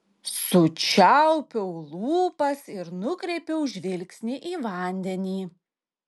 sučiaupiau lūpas ir nukreipiau žvilgsnį į vandenį